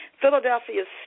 Philadelphia's